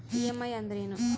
EMI ಅಂದ್ರೇನು?